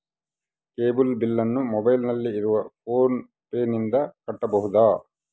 Cable ಬಿಲ್ಲನ್ನು ಮೊಬೈಲಿನಲ್ಲಿ ಇರುವ ಫೋನ್ ಪೇನಿಂದ ಕಟ್ಟಬಹುದಾ?